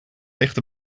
ligt